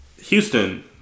Houston